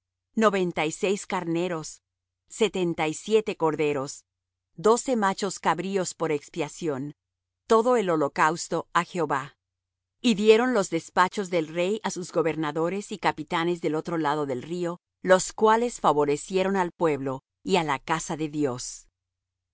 noventa y seis carneros setenta y siete corderos doce machos cabríos por expiación todo el holocausto á jehová y dieron los despachos del rey á sus gobernadores y capitanes del otro lado del río los cuales favorecieron al pueblo y á la casa de dios y